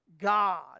God